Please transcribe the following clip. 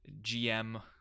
GM